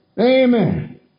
Amen